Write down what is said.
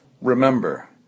Remember